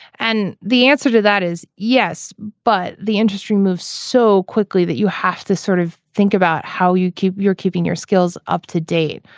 and the answer to that is yes but the industry moves so quickly that you have to sort of think about how you keep your keeping your skills up to date.